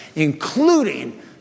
including